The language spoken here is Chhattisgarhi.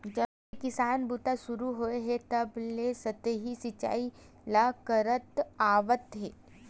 जब ले किसानी बूता सुरू होए हे तब ले सतही सिचई ल करत आवत हे